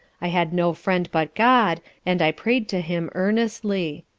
i had no friend but god and i pray'd to him earnestly.